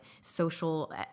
social